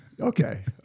Okay